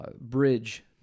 bridge